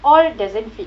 all doesn't fit